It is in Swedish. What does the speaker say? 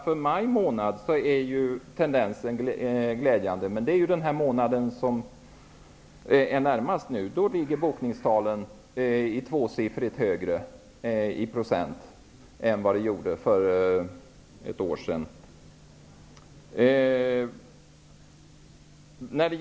För maj månad, är tendensen däremot glädjande, med bokningstal som i procent ligger tvåsiffrigt högre än under maj månad för ett år sedan.